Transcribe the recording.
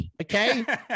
Okay